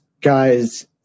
guy's